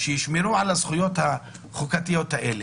שישמרו על הזכויות החוקתיות האלה,